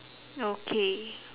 okay